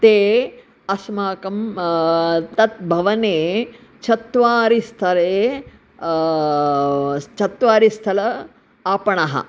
ते अस्माकं तत् भवने चत्वारिस्तरे चत्वारिस्थलः आपणः